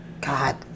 God